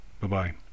Bye-bye